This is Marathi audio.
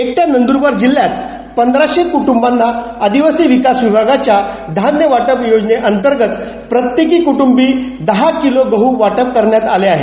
एकट्या नंद्रबार जिल्ह्यात पधराशे कुटुंबांना आदिवासी विकास विभागाच्या धान्य वाटप योजने अंतर्गत प्रत्येक कुटुंबी दहा किलो गहु वाटप करण्यात आलं आहे